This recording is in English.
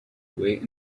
wait